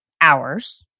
hours